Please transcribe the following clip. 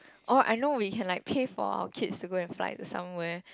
oh I know we can like pay for our kids to go and fly to somewhere